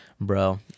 bro